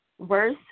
verse